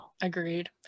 agreed